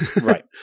Right